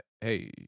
hey